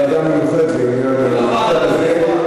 זאת ועדה מיוחדת לעניין החוק הזה.